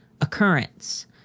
occurrence